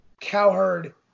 Cowherd